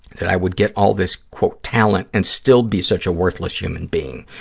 that i would get all this, quote, talent and still be such a worthless human being.